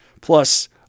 Plus